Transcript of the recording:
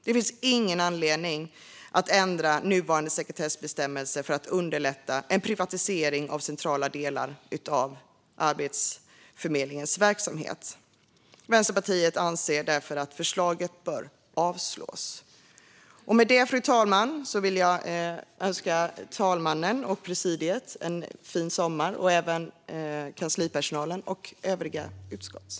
Det finns ingen anledning att ändra nuvarande sekretessbestämmelser för att underlätta en privatisering av centrala delar av Arbetsförmedlingens verksamhet. Vänsterpartiet anser därför att förslaget bör avslås. Fru talman! Med det vill jag önska talmannen och presidiet, kanslipersonalen och även övriga utskottsledamöter en fin sommar.